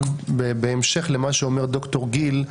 בהמשך למה שאומר ד"ר גיל,